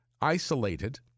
isolated